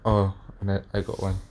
oh I I got one